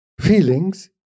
Feelings